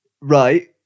Right